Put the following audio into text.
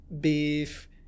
beef